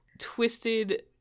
twisted